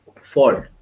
fault